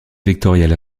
vectoriel